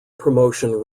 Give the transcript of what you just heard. promotion